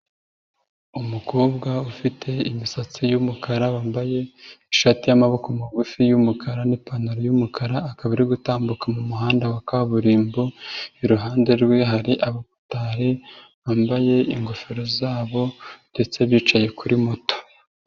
Umukobwa ufite imisatsi y'umukara, wambaye ishati y'amaboko magufi y'umukara n'ipantaro y'umukara, akaba ari gutambuka mu muhanda wa kaburimbo, iruhande rwe hari abamotari bambaye ingofero zabo ndetse bicaye kuri moto.